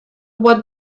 what